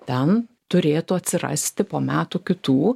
ten turėtų atsirasti po metų kitų